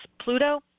Pluto